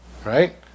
Right